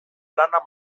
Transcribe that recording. lana